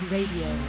Radio